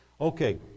Okay